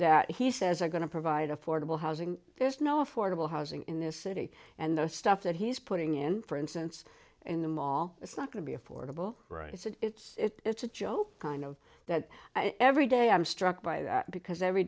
that he says are going to provide affordable housing there's no affordable housing in this city and the stuff that he's putting in for instance in the mall it's not going to be affordable right so it's a joke i know that every day i'm struck by that because every